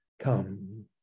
Come